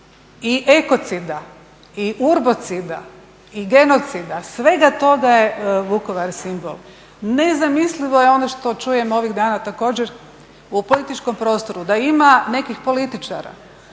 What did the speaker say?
i ekocida i urbocida i genocida svega toga je Vukovar simbol. Nezamislivo je ono što čujem ovih dana također u političkom prostoru da ima nekih političara